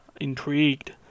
intrigued